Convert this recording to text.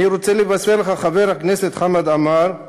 אני רוצה לבשר לך, חבר הכנסת חמד עמאר,